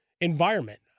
environment